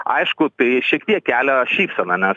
aišku tai šiek tiek kelia šypseną